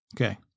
Okay